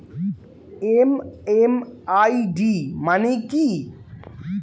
MMID মানে কি?